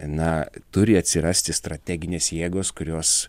na turi atsirasti strateginės jėgos kurios